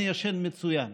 אני ישן מצוין.